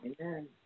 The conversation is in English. Amen